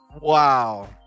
Wow